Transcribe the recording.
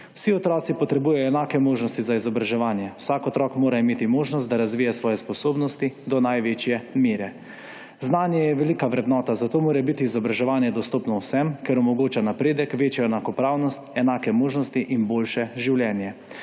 Vsi otroci potrebujejo enake možnosti za izobraževanje. Vsak otrok mora imeti možnost, da razvija svoje sposobnosti do največje mere. znanje je velika vrednota, zato mora biti izobraževanje dostopno vsem, ker omogoča napredek, večjo enakopravnost, enake možnosti in boljše življenje.